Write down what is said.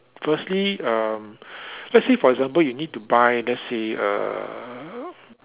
firstly um let's say for example you need to buy let's say uh